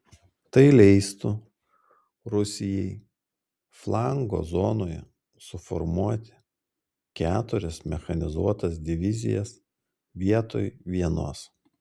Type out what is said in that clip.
tai leistų rusijai flango zonoje suformuoti keturias mechanizuotas divizijas vietoj vienos